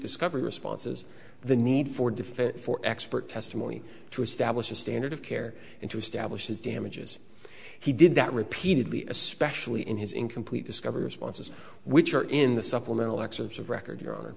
discovery responses the need for defense for expert testimony to establish a standard of care and to establish his damages he did that repeatedly especially in his incomplete discovery responses which are in the supplemental excerpts of record y